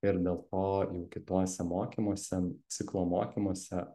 ir dėl to kituose mokymuose ciklo mokymuose